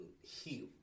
heal